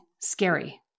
scary